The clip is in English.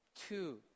Two